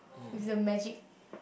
with the magic